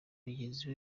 mugenzi